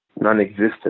non-existent